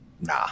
Nah